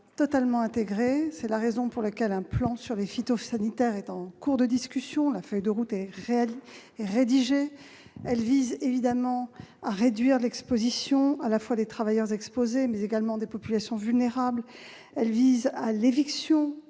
totalement intégrée, et c'est la raison pour laquelle un plan sur les phytosanitaires est en cours de discussion. La feuille de route est d'ores et déjà rédigée. Elle vise évidemment à réduire l'exposition à la fois des travailleurs exposés et des populations vulnérables. Elle tend aussi à l'éviction,